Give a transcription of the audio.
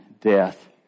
death